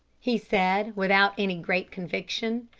he said without any great conviction.